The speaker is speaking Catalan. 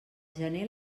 gener